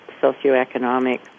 socioeconomic